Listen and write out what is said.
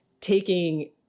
taking